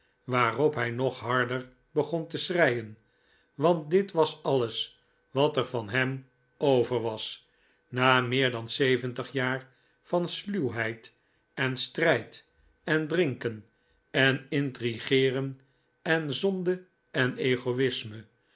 waarop hij nog harder begon te schreien want dit was alles wat er van hem over was na meer dan zeventig jaar van sluwheid en strijd en drinken en intrigeeren en zonde en ego'isme